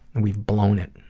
and we've blown it,